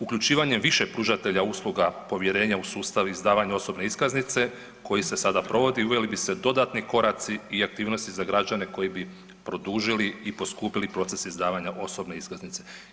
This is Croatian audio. Uključivanjem više pružatelja usluga povjerenja u sustav izdavanja osobne iskaznice koji se sada provodi uveli bi se dodatni koraci i aktivnosti za građane koji bi produžili i poskupili proces izdavanja osobne iskaznice.